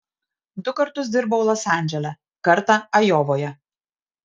du kartus dirbau los andžele kartą ajovoje